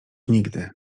nigdy